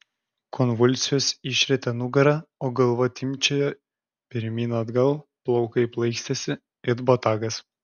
konvulsijos išrietė nugarą o galva timpčiojo pirmyn atgal plaukai plaikstėsi it botagas